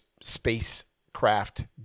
spacecraft